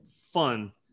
fun